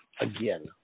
again